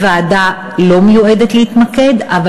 הוועדה לא מיועדת להתמקד בה,